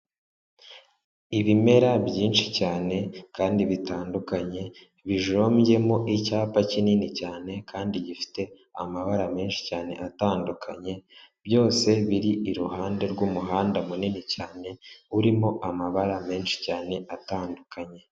iIimera byinshi cyane kandi bitandukanye bijombyemo icyapa kinini cyane kandi gifite amabara menshi cyane atandukanye, byose biri iruhande rw'umuhanda munini cyane urimo amabara menshi cyane atandukanye.